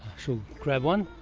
shall grab one.